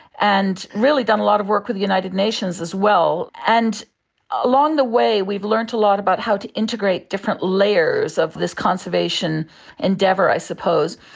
and really done a lot of work with the united nations as well. and along the way we've learnt a lot about how to integrate different layers of this conservation endeavour, i suppose.